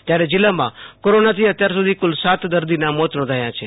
જ્યારે જિલ્લામાં કોરોનાથી અત્યાર સુધી કુલ સાત દર્દીના મોત નોંધાયાં છે